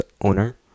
owner